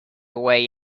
way